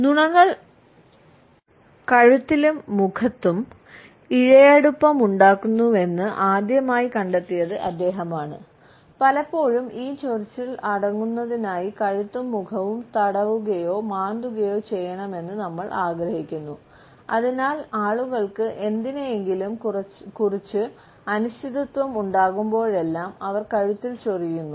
നുണകൾ കഴുത്തിലും മുഖത്തും ഇഴയടുപ്പമുണ്ടാക്കുന്നുവെന്ന് ആദ്യമായി കണ്ടെത്തിയത് അദ്ദേഹമാണ് പലപ്പോഴും ഈ ചൊറിച്ചിൽ അടക്കുന്നതിനായി കഴുത്തും മുഖവും തടവുകയോ മാന്തുകയോ ചെയ്യണമെന്ന് നമ്മൾ ആഗ്രഹിക്കുന്നു അതിനാൽ ആളുകൾക്ക് എന്തിനെയെങ്കിലും കുറിച്ച് അനിശ്ചിതത്വം ഉണ്ടാകുമ്പോഴെല്ലാം അവർ കഴുത്തിൽ ചൊറിയുന്നു